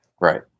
Right